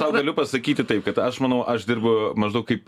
tau galiu pasakyti taip kad aš manau aš dirbu maždaug kaip